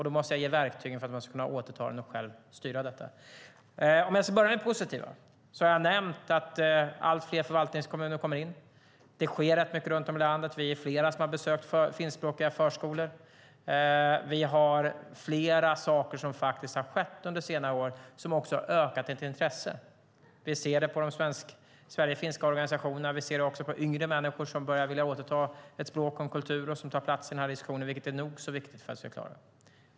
Då måste jag ge verktygen för att man ska kunna återta den och själv styra detta. Jag börjar med det positiva. Jag har nämnt att allt fler förvaltningskommuner kommer in. Det sker rätt mycket runt om i landet. Vi är flera som har besökt finskspråkiga förskolor. Det är flera saker som har skett under senare år som har ökat intresset. Vi ser det på de Sverigefinska organisationerna. Vi ser det också på yngre människor som börjar vilja återta ett språk och en kultur och som tar plats i den här diskussionen, vilket är nog så viktigt för att vi ska klara det.